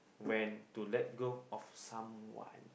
when to let go of someone